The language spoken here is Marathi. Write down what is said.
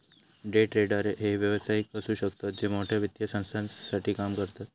डे ट्रेडर हे व्यावसायिक असु शकतत जे मोठ्या वित्तीय संस्थांसाठी काम करतत